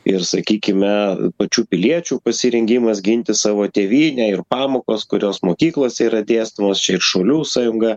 ir sakykime pačių piliečių pasirengimas ginti savo tėvynę ir pamokos kurios mokyklose yra dėstomos čia ir šaulių sąjunga